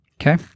Okay